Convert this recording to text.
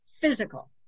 physical